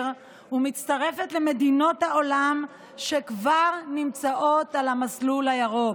ומצטרפת למדינות העולם שכבר נמצאות על המסלול הירוק.